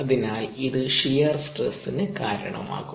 അതിനാൽ ഇത് ഷിയാർ സ്ട്രെസ്സിന് കാരണമാകും